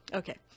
okay